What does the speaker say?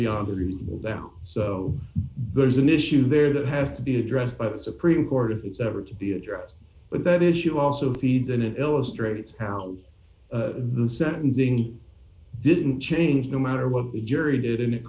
beyond a reasonable doubt so there's an issue there that has to be addressed by the supreme court if it's ever to be addressed but that issue also feeds and it illustrates how the sentencing didn't change no matter what the jury did and it